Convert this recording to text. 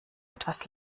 etwas